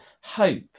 hope